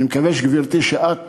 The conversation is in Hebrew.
אני מקווה, גברתי, שאת